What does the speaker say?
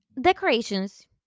decorations